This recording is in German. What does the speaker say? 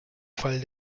fall